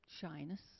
shyness